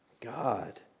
God